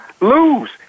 lose